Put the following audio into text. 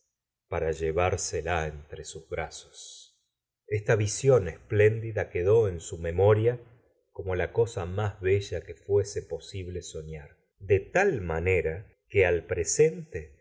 para llevársela entre sus brazos esta visión espléndida quedó en su memoria como la cosa más bella que fuese posible soñar de tal manera que al presente